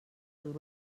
dur